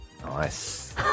Nice